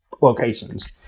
locations